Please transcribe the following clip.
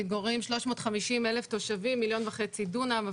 ומתגוררים 350,000 תושבים על מיליון וחצי דונם,